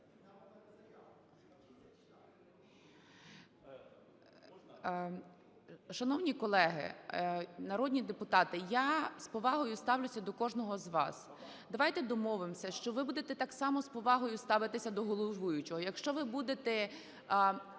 Шановні колеги народні депутати, я з повагою ставлюся до кожного з вас. Давайте домовимося, що ви будете так само з повагою ставитися до головуючого.